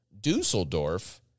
Dusseldorf